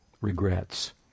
regrets